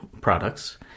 products